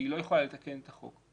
שהיא לא יכולה לתקן את החוק,